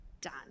done